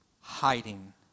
hiding